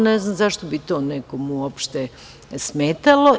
Ne znam zašto bi to nekome smetalo.